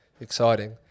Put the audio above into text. exciting